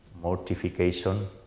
mortification